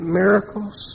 miracles